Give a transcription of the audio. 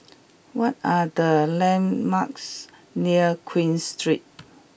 what are the landmarks near Queen Street